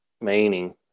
meaning